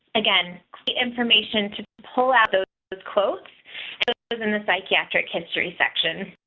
again the information to pull out those quotes because in the psychiatric history section.